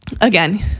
Again